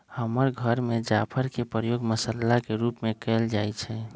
हमर घर में जाफर के प्रयोग मसल्ला के रूप में कएल जाइ छइ